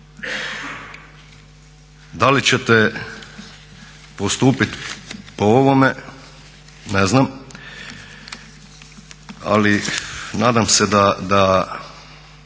Da li ćete postupiti po ovome, ne znam, ali nadam se da